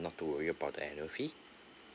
not to worry about the annual fee